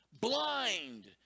Blind